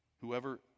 Whoever